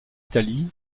italie